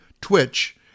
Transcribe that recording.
Twitch